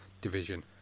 division